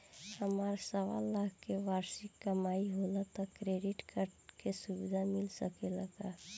हमार सवालाख के वार्षिक कमाई होला त क्रेडिट कार्ड के सुविधा मिल सकेला का?